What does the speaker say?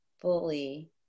fully